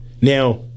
Now